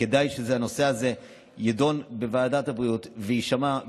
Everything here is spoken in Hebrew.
כדאי שהנושא הזה יידון בוועדת הבריאות ויישמע,